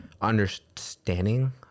understanding